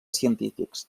científics